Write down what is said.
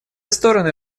стороны